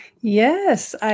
Yes